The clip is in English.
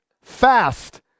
fast